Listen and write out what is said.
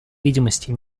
видимости